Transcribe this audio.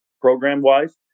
program-wise